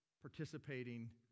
participating